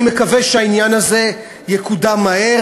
אני מקווה שהעניין הזה יקודם מהר.